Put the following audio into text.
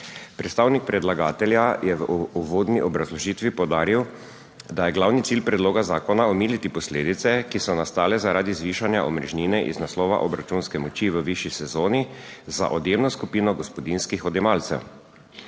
Predstavnik predlagatelja je v uvodni obrazložitvi poudaril, da je glavni cilj predloga zakona omiliti posledice, ki so nastale zaradi zvišanja omrežnine iz naslova obračunske moči v višji sezoni za odjemno skupino gospodinjskih odjemalcev,